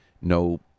no